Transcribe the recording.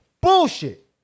Bullshit